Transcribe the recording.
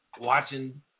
watching